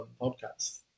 podcast